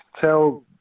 tell